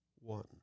One